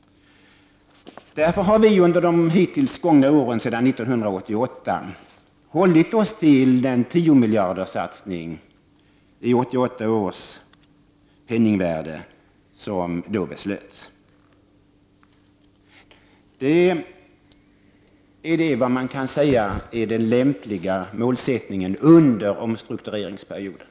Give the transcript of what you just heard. Därför har vi sedan 1988 hållit fast vid den tiomiljarderssatsning — i 1988 års penningvärde — som då beslöts. Det är en lämplig målsättning under omstruktureringsperioden.